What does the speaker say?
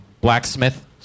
Blacksmith